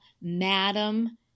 madam